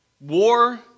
war